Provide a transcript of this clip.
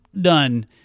done